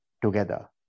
together